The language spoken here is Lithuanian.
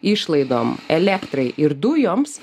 išlaidom elektrai ir dujoms